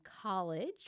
college